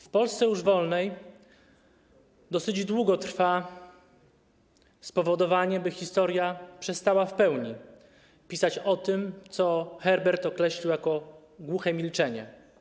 W Polsce już wolnej dosyć długo trwa spowodowanie, by historia przestała w pełni pisać o tym, co Herbert określił jako głuche milczenie.